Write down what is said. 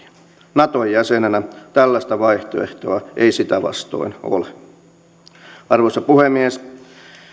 naton jäsenenä tällaista vaihtoehtoa ei sitä vastoin ole arvoisa puhemies